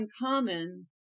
uncommon